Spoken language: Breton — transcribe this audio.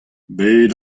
bet